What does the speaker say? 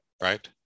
right